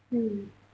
mm